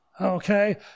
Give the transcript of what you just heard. Okay